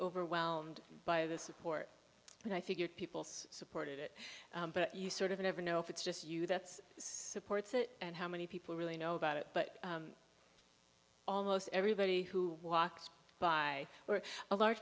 overwhelmed by the support and i figured people supported it but you sort of never know if it's just you that's supports it and how many people really know about it but almost everybody who walks by we're a large